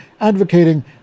advocating